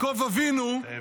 את האבן.